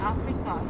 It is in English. Africa